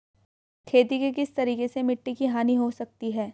खेती के किस तरीके से मिट्टी की हानि हो सकती है?